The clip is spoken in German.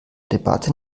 debatte